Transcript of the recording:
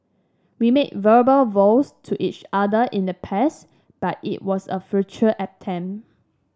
we made verbal vows to each other in the past but it was a futile attempt